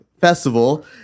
festival